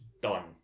done